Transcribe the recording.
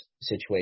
situation